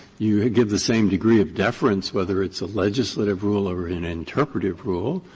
you give the same degree of deference whether it's a legislative rule or an interpretative rule.